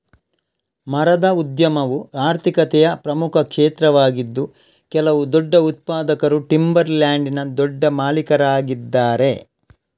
ಮರದ ಉದ್ಯಮವು ಆರ್ಥಿಕತೆಯ ಪ್ರಮುಖ ಕ್ಷೇತ್ರವಾಗಿದ್ದು ಕೆಲವು ದೊಡ್ಡ ಉತ್ಪಾದಕರು ಟಿಂಬರ್ ಲ್ಯಾಂಡಿನ ದೊಡ್ಡ ಮಾಲೀಕರಾಗಿದ್ದಾರೆ